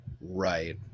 Right